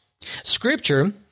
Scripture